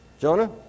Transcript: Jonah